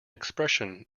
expression